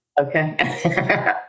okay